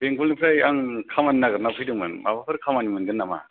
बेंगल निफ्राय आं खामानि नागेरनानै फैदों मोन माबाफोर खामानि मोनगोन नामा